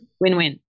win-win